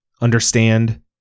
Understand